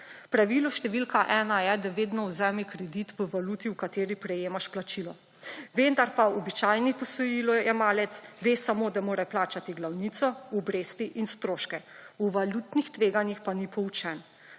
Pravilo številka ena je, da vedno vzemi kredit v valuti, v kateri prejemaš plačilo, vendar pa običajen posojilojemalec ve samo, da mora plačati glavnico, obresti in stroške, o valutnih tveganjih pa ni poučen.